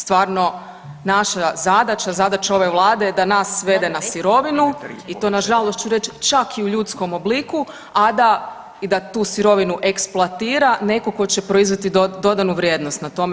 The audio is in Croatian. Stvarno naša zadaća, zadaća ove Vlade je da nas svede na sirovinu i to na žalost ću reći čak i u ljudskom obliku, a da i da tu sirovinu eksploatira netko tko će proizvesti dodanu vrijednost na tome.